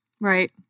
Right